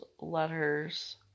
letters